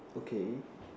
okay